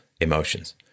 emotions